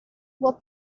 were